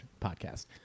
podcast